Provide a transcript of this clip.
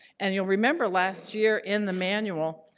and you'll remember, last year in the manual